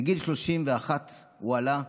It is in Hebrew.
בגיל 31 הוא עלה,